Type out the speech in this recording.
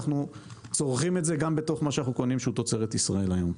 אנחנו צורכים את זה גם בתוך מה שאנחנו קונים שהוא תוצרת ישראל היום.